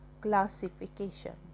classification